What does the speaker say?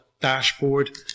dashboard